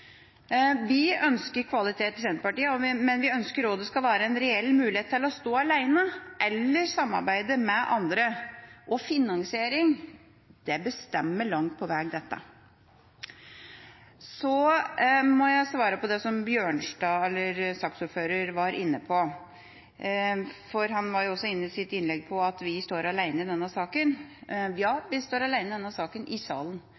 Senterpartiet ønsker kvalitet, men vi ønsker også at det skal være en reell mulighet til å stå alene eller samarbeide med andre. Finansiering bestemmer langt på vei dette. Så må jeg svare på det som saksordfører Bjørnstad var inne på. Han var jo også i sitt innlegg inne på at vi står alene i denne saken. Ja, vi står alene i denne saken i salen,